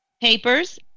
Papers